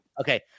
Okay